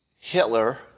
Hitler